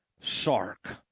Sark